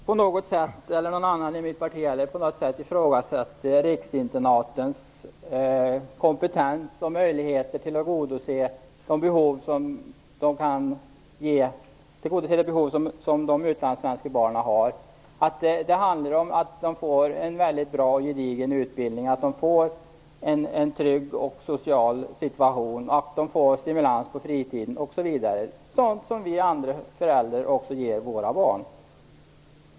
Herr talman! Varken jag eller någon annan i mitt parti ifrågasätter riksinternatens kompetens och möjligheter att tillgodose de behov de utlandssvenska barnen har. Det handlar om att de får en bra, gedigen utbildning, en trygg social situation, stimulans på fritiden osv. Det handlar alltså om sådant som vi andra föräldrar också ger våra barn.